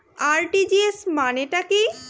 RTGS মানে টা কি?